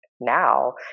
now